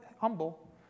humble